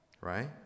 Right